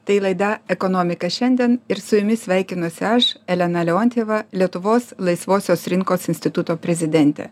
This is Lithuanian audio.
tai laida ekonomika šiandien ir su jumis sveikinuosi aš elena leontjeva lietuvos laisvosios rinkos instituto prezidentė